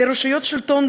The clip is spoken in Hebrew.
לרשויות שלטון,